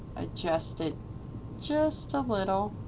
adjust it just a little